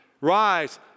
Rise